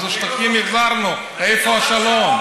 אז את השטחים החזרנו, איפה השלום?